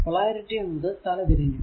polarity എന്നത് തല തിരിഞ്ഞു